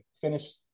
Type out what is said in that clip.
finish